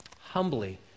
humbly